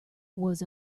was